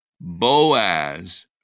Boaz